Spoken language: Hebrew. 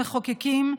המחוקקים,